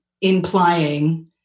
implying